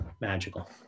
magical